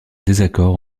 désaccord